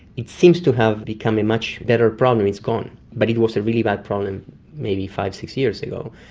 it seems to have become a much better problem, it's gone, but it was a really bad problem maybe five, six years ago.